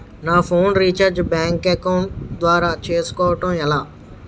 నా phone recharge bank account ద్వారా చేసుకోవటం ఎలా?